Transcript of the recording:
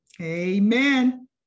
Amen